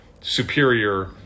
superior